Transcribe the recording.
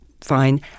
fine